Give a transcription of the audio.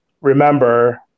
remember